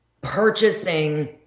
purchasing